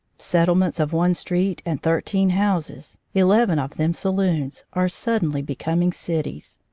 settlements of one street and thirteen houses, eleven of them saloons, are suddenly becoming cities.